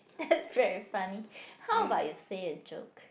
that's very funny how about you say a joke